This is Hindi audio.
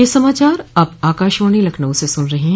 ब्रे क यह समाचार आप आकाशवाणी लखनऊ से सुन रहे हैं